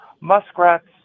muskrats